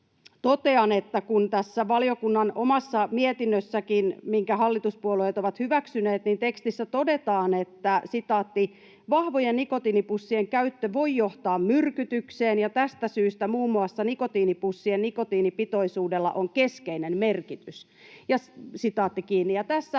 totean, että kun tässä valiokunnan omassa mietinnössäkin, minkä hallituspuolueet ovat hyväksyneet, tekstissä todetaan, että ”vahvojen nikotiinipussien käyttö voi johtaa myrkytykseen ja tästä syystä muun muassa nikotiinipussien nikotiinipitoisuudella on keskeinen merkitys”, niin tässä